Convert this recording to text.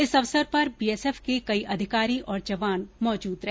इस अवसर पर बीएसएफ के कई अधिकारी और जवान मौजूद रहे